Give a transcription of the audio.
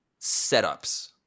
setups